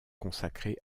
consacrés